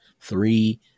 three